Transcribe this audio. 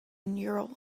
neural